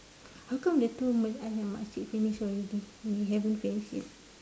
how come the two malay !aiya! makcik finish already we haven't finish yet